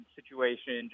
situation